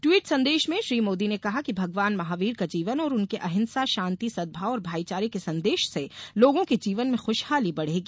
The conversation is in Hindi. ट्विट संदेश में श्री मोदी ने कहा कि भगवान महावीर का जीवन और उनके अहिंसा शान्ति सद्भाव और भाईचारे के संदेश से लोगों के जीवन में खुशहाली बढ़ेगी